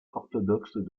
orthodoxe